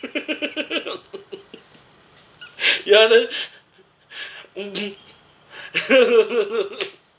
ya then